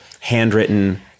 handwritten